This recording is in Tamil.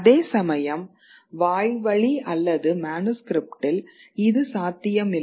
அதேசமயம் வாய்வழி அல்லது மனுஸ்க்ரிப்ட்டில் இது சாத்தியமில்லை